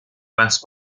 west